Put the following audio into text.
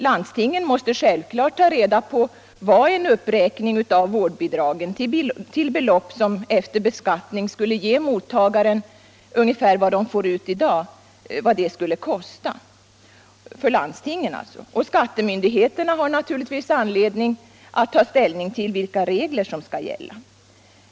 Landstingen måste självklart ta reda på vad en uppräkning av vårdnadsbidragen till belopp som efter beskattning skulle ge mottagaren ungefär samma summa som i dag skulle kosta för landstingen. Skattemyndigheterna har naturligtvis anledning att ta ställning till vilka regler som skall gälla.